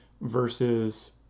versus –